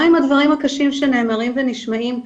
גם אם הדברים הקשים שנאמרים ונשמעים כאן.